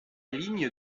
ligne